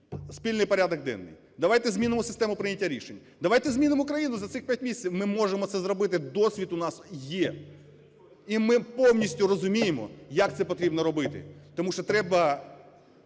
спільний порядок денний, давайте змінимо систему прийняття рішень, давайте змінимо країну за цих 5 місяців. Ми можемо це зробити, досвід у нас є. І ми повністю розуміємо, як це потрібно робити, тому що треба